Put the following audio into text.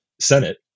Senate